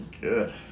Good